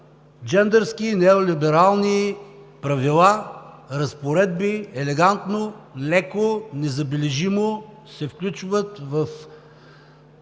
джендърски неолиберални правила, разпоредби елегантно, леко, незабележимо се включват в